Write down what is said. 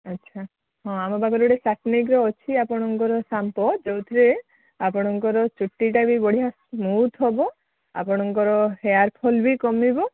ଆଚ୍ଛା ହଁ ଆମ ପାଖରେ ଗୋଟେ ସାତ୍ମିକର ଅଛି ଆପଣଙ୍କର ସାମ୍ପୋ ଯେଉଁଥିରେ ଆପଣଙ୍କର ଚୁଟିଟା ବି ବଢ଼ିଆ ସ୍ମୁଥ୍ ହେବ ଆପଣଙ୍କର ହେୟାର୍ ଫଲ୍ ବି କମିବ